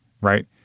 right